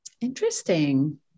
interesting